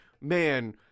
man